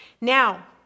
Now